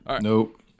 Nope